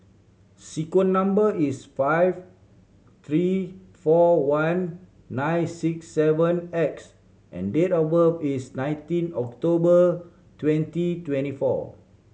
sequence number is five three four one nine six seven X and date of birth is nineteen October twenty twenty four